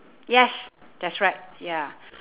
yes that's right ya